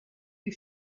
die